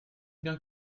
bien